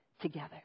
together